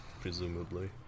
presumably